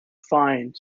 find